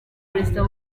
perezida